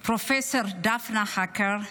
פרופ' דפנה הקר,